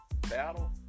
Battle